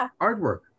artwork